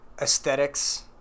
aesthetics